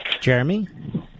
Jeremy